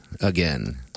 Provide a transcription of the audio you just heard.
again